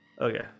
Okay